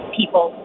people